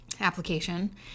application